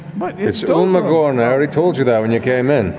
but it's umagorn. i already told you that when you came in.